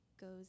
goes